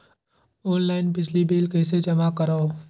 Online बिजली bill कइसे जमा करव?